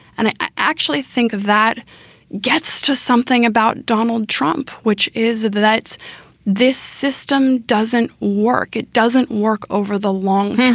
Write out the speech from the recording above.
and i actually think that gets to something about donald trump, which is that this system doesn't work. it doesn't work over the long